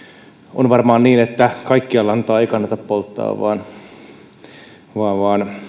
on varmaan niin että kaikkea lantaa ei kannata polttaa vaan